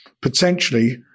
potentially